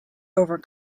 over